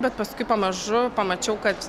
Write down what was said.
bet paskui pamažu pamačiau kad